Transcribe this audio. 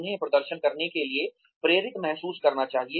उन्हें प्रदर्शन करने के लिए प्रेरित महसूस करना चाहिए